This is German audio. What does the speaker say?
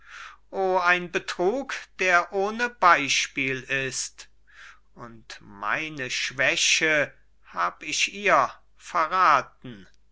ein betrug der ohne beispiel ist und meine schwäche hab ich ihr verraten